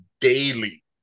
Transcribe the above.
daily